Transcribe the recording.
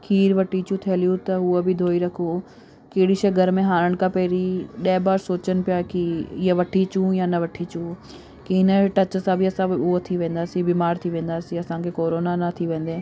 खीरु वठी अचूं थेल्हियूं त हुअ बि धोई रखूं कहिड़ी शइ घर में आणण खां पहिरीं ॾह बार सोचनि पिया की हीअ वठी अचूं या न वठी अचूं की हिन जे टच सां बि उहा थी वेंदासीं बीमारु थी वेंदासीं असांखे कोरोना न थी वञे